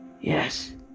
Yes